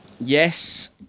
Yes